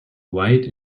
wide